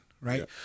Right